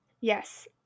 Yes